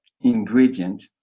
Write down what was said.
ingredient